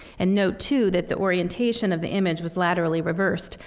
and note too that the orientation of the image was laterally reversed,